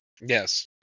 Yes